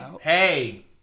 Hey